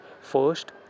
First